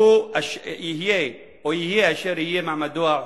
יהא אשר יהא מעמדו החוקי.